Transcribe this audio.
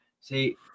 See